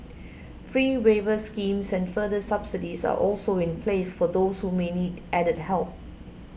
fee waiver schemes and further subsidies are also in place for those who may need added help